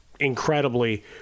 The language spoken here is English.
Incredibly